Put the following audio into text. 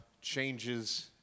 changes